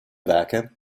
werke